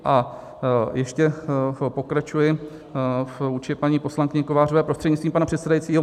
A ještě pokračuji vůči paní poslankyni Kovářové prostřednictvím pana předsedajícího.